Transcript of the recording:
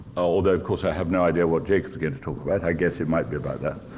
although, of course, i have no idea what jacob's going to talk about. i guess it might be about that.